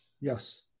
yes